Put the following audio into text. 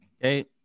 Okay